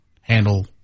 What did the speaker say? handle